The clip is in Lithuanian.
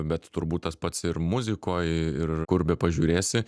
bet turbūt tas pats ir muzikoj ir kur bepažiūrėsi